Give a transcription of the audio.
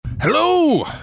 Hello